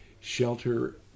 shelter